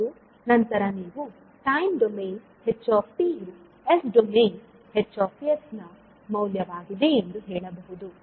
ಮತ್ತು ನಂತರ ನೀವು time domain h you s domain Hನ ಮೌಲ್ಯವಾಗಿದೆ ಎಂದು ಹೇಳಬಹುದು